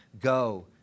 Go